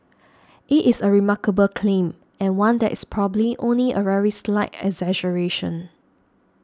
it is a remarkable claim and one that is probably only a very slight exaggeration